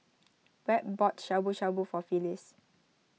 Webb bought Shabu Shabu for Phyliss